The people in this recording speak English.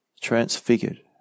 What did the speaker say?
Transfigured